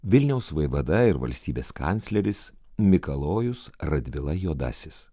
vilniaus vaivada ir valstybės kancleris mikalojus radvila juodasis